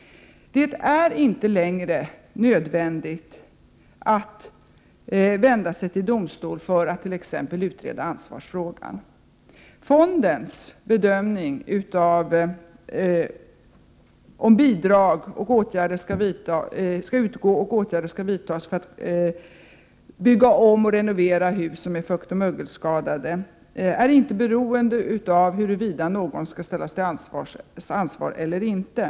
Det är inte längre nödvändigt att vända sig till domstol för att t.ex. utreda ansvarsfrågan. Fondens bedömning av om bidrag skall utgå och åtgärder vidtas för att bygga om och renovera hus som är fuktoch mögelskadade är inte beroende av huruvida någon skall ställas till ansvar eller inte.